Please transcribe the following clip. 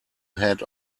head